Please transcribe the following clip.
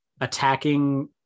attacking